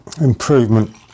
improvement